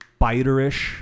biterish